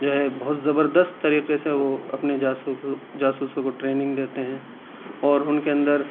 جو ہے بہت زبردست طریقے سے وہ اپنے جاسوسوں کو ٹریننگ دیتے ہیں اور ان کے اندر